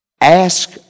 Ask